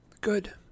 Good